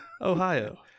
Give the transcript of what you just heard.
Ohio